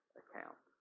account